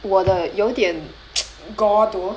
我的有点 gore though